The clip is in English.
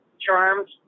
charms